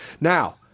Now